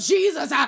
Jesus